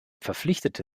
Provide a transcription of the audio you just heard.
verpflichtete